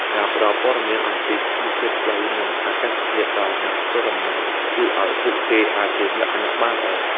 ការផ្តល់ព័ត៌មានអំពីស្ថានភាពផ្លូវ និងអាកាសធាតុដល់អ្នកធ្វើដំណើរជួយឱ្យពួកគេអាចត្រៀមលក្ខណៈបានល្អ។